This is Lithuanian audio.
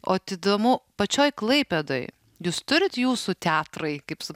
o vat įdomu pačioj klaipėdoj jūs turit jūsų teatrai kaip su